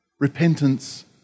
Repentance